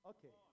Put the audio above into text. Okay